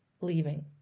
leaving